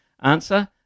Answer